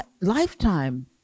lifetime